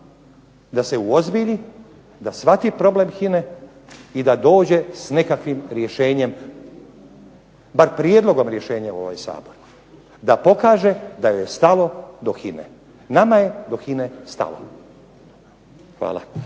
da se uozbilji, da shvati problem HINA-e i da dođe s nekakvim rješenjem, bar prijedlogom rješenja u ovaj Sabor, da pokaže da joj je stalo do HINA-e. Nama je do HINA-e stalo. Hvala.